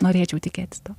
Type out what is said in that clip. norėčiau tikėti tuo